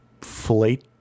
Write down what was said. flate